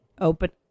open